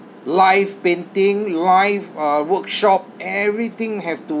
live painting live uh workshop everything have to